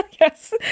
Yes